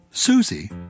Susie